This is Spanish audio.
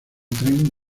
tren